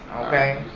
Okay